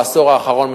בעשור האחרון,